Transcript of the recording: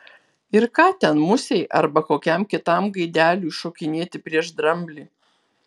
ir ką ten musei arba kokiam kitam gaideliui šokinėti prieš dramblį